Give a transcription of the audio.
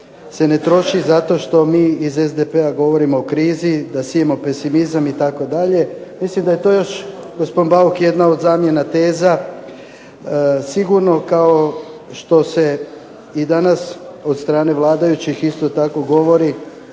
se ne troši zato što mi iz SDP-a govorimo o krizi da sijemo pesimizam itd., mislim da je to još, gospon Bauk, jedna od zamjena teza. Sigurno kao što se i danas od strane vladajućih isto tako govori